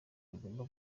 bigomba